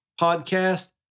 podcast